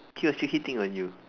he was still hitting on you